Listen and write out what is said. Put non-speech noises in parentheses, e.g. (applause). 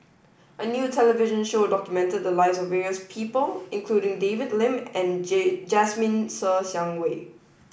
a new television show documented the lives of various people including David Lim and (unintelligible) Jasmine Ser Xiang Wei